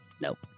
Nope